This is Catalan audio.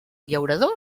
llaurador